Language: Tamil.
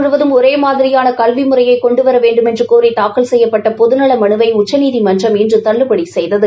முழுவதும் ஒரே மாதிரியான கல்வி முறையைக் கொண்டுவர வேண்டுமென்று கோரி தாக்கல் நாடு செய்யப்பட்ட பொதுநல மனுவை உச்சநீதிமன்றம் இன்று தள்ளுபடி செய்தது